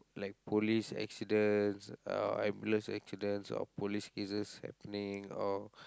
like police accidents or ambulance accidents or police cases happening or